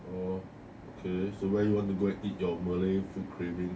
orh okay so where you want to go and eat your malay food craving